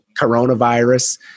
coronavirus